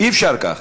אי-אפשר כך.